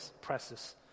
presses